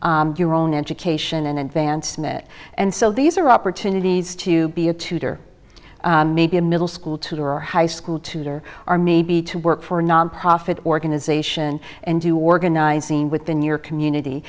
your own education an advancement and so these are opportunities to be a tutor maybe a middle school tutor or high school tutor or maybe to work for a nonprofit organization and do organizing within your community